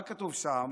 מה כתוב שם?